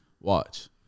Watch